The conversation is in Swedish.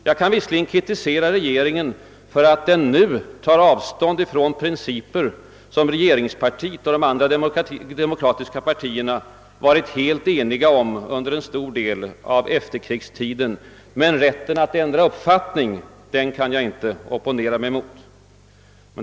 Jag kan visserligen kritisera regeringen för att den nu tar avstånd från principer, som regeringspartiet och de andra demokratiska partierna varit helt eniga om under en stor del av efterkrigstiden, men rätten att ändra uppfattning kan jag inte opponera mig emot.